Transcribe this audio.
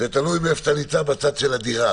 תלוי איפה אתה נמצא בצד של הדירה.